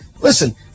listen